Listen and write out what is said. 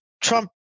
Trump